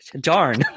Darn